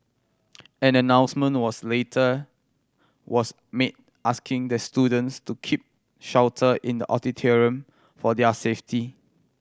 an announcement was later was made asking the students to keep shelter in the auditorium for their safety